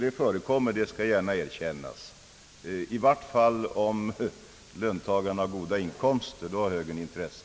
Jag skall gärna erkänna att det förekommer, i vart fall om löntagarna har goda inkomster. Då har högern intresse.